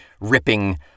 ripping